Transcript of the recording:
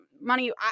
money